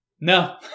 No